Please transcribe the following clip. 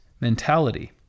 mentality